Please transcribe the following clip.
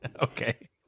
Okay